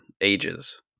ages